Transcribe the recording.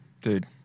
Dude